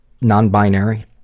non-binary